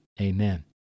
Amen